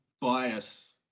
bias